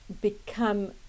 become